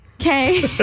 Okay